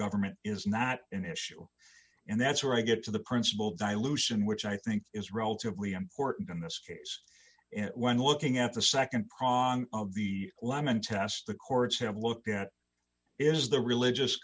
government is not an issue and that's where i get to the principle dilution which i think is relatively important in this case when looking at the nd prong of the lemon test the courts have looked at is the religious